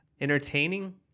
entertaining